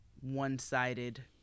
one-sided